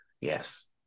yes